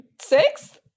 six